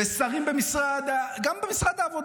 ושרים גם במשרד העבודה.